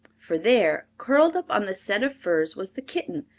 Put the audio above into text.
for there, curled up on the set of furs, was the kitten,